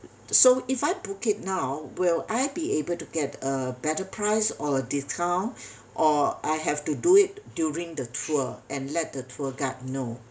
so if I book it now will I be able to get a better price or a discount or I have to do it during the tour and let the tour guide know